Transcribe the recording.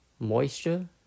moisture